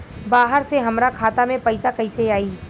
बाहर से हमरा खाता में पैसा कैसे आई?